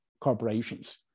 corporations